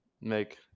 make